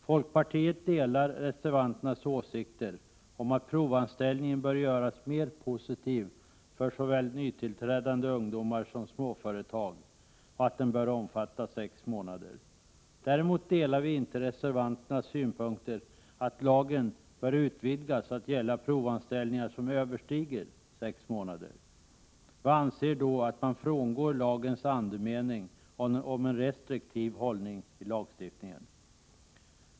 Folkpartiet delar reservanternas åsikter om att provanställningen bör göras mer positiv för såväl nytillträdande ungdomar som småföretag och att den bör omfatta sex månader. Däremot delar vi inte reservanternas synpunkt att lagen bör utvidgas att gälla provanställningar som överstiger sex månader. Vi anser då att man frångår lagens andemening om en restriktiv hållning i lagstiftningen.